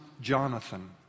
Jonathan